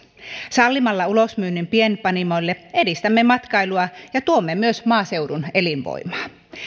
sallimalla ulosmyynnin pienpanimoille edistämme matkailua ja tuemme myös maaseudun elinvoimaa